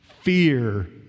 fear